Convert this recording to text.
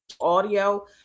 audio